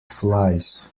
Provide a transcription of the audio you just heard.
flies